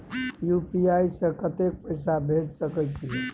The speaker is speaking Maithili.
यु.पी.आई से कत्ते पैसा भेज सके छियै?